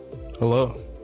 Hello